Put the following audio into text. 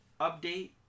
update